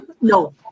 No